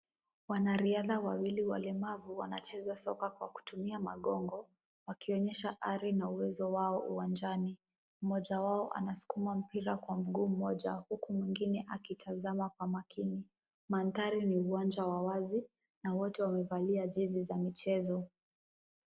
Wanariadha wawili walemavu wanacheza soka kwa kutumia magongo wakionyesha ari na uwezo wao uwanjani. Mmoja wao anasukuma mpira kwa mguu mmoja, huku mwingine akitazama kwa makini. Mandhari ni uwanja wa wazi na wote wamevalia jezi za michezo.